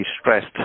stressed